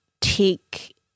take